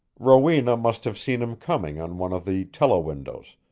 rowena must have seen him coming on one of the telewindows,